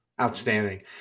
Outstanding